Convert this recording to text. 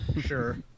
Sure